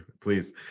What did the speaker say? Please